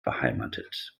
beheimatet